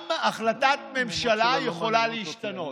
גם החלטת ממשלה יכולה להשתנות.